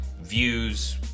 views